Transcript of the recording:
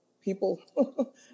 people